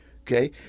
Okay